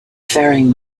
faring